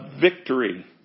victory